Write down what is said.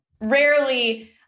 rarely